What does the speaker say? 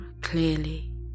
clearly